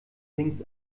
links